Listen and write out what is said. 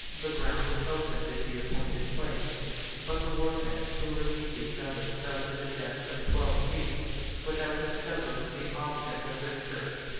the ground was opened in the appointed place but the workmen, who relieved each other, dug to the depth of twelve feet without discovering the object of their search.